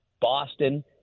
Boston